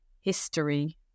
history